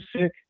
sick